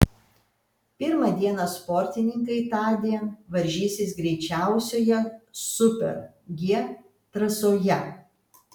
pirmą dieną sportininkai tądien varžysis greičiausioje super g trasoje